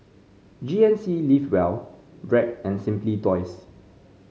G N C Live Well Bragg and Simply Toys